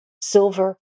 silver